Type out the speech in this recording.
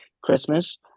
Christmas